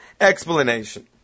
explanation